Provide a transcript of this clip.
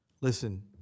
listen